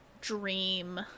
dream